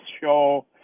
show